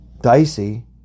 dicey